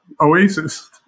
oasis